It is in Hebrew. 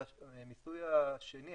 והמיסוי השני,